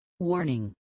Warning